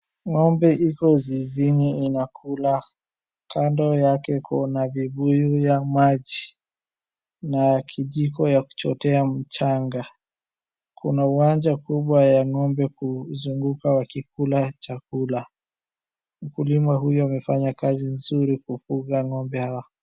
Ng'ombe iko zizini inakula. Kando yake kuna vibuyu ya maji na kijiko ya kuchotea mchanga. Kuna uwanja mkubwa wa ng'ombe kuzunguka wakikikula chakula. Mkulima huyu amefanya kazi nzuri kufuga ng'ombe hawa.